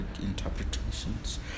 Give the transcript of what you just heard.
interpretations